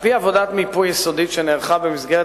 על-פי עבודת מיפוי יסודית שנערכה במסגרת